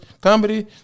comedy